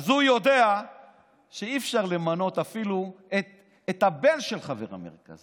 אז הוא יודע שאי-אפשר למנות אפילו את הבן של חבר המרכז,